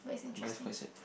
but it's quite sad